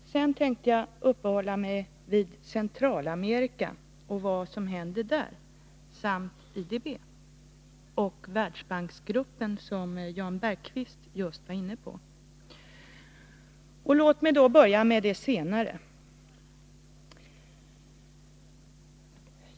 Sedan tänkte jag uppehålla mig vid det som händer i Centralamerika samt vid IDB och Världsbanksgruppen, som Jan Bergqvist just var inne på. Låt mig börja med det senare.